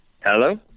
Hello